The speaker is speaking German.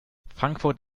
frankfurt